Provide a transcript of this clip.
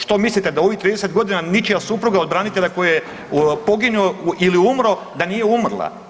Što mislite da u ovih 30 godina ničija supruga od branitelja koji je poginuo ili umro nije umrla?